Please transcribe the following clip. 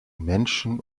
menschen